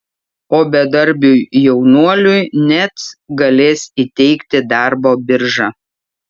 o bedarbiui jaunuoliui net galės įteikti darbo birža